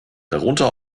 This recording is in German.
darunter